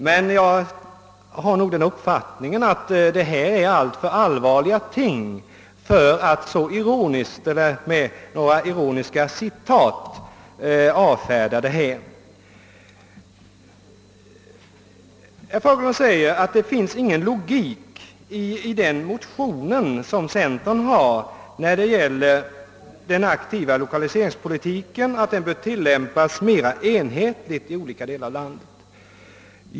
Men jag anser att de frågor vi här diskuterar är alltför allvarliga ting för att man på ett ironiskt sätt skall kunna avfärda dem genom ett par citat. Herr Fagerlund säger att det inte finns någon logik i centerns motion där det framhålles att en aktiv lokaliseringspolitik bör tillämpas mera enhetligt i olika delar av landet.